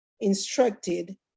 instructed